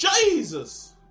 jesus